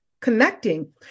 connecting